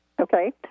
Okay